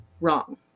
Wrong